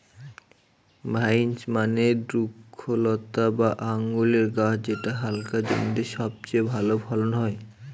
vines মানে দ্রক্ষলতা বা আঙুরের গাছ যেটা হালকা জমিতে সবচেয়ে ভালো ফলন হয়